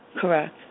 Correct